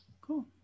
Cool